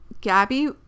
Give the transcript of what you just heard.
Gabby